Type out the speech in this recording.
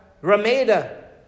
Ramada